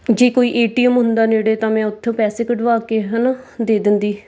ਜੇ ਕੋਈ A T M ਹੁੰਦਾ ਨੇੜੇ ਤਾਂ ਮੈਂ ਉੱਥੋਂ ਪੈਸੇ ਕਢਵਾ ਕੇ ਹੈ ਨਾ ਦੇ ਦਿੰਦੀ